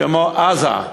כמו עזה,